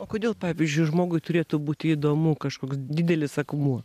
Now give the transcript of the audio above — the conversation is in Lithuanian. o kodėl pavyzdžiui žmogui turėtų būti įdomu kažkoks didelis akmuo